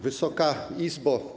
Wysoka Izbo!